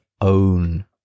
own